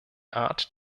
art